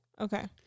Okay